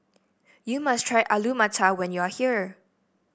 you must try Alu Matar when you are here